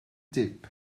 deep